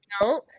No